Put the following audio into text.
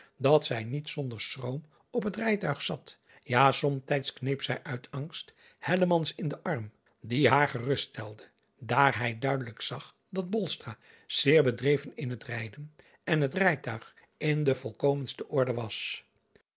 dat zij niet zonder schroom op het rijtuig zat ja somtijds kneep zij uit angst in den arm die haar gerust stelde daar hij duidelijk zag dat zeer bedreven in het rijden en het rijtuig in de volkomenste orde was